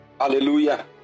Hallelujah